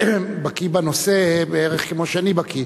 בקי בנושא בערך כמו שאני בקי.